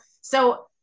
so-